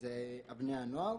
זה בני הנוער.